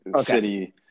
City